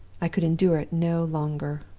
i could endure it no longer.